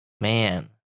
man